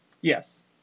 Yes